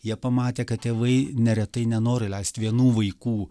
jie pamatė kad tėvai neretai nenori leist vienų vaikų